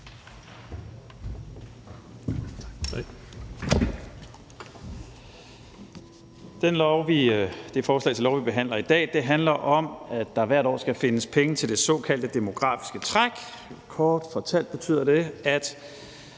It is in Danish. Det lovforslag, vi behandler i dag, handler om, at der hvert år skal findes penge til det såkaldte demografiske træk. Kort fortalt betyder det, at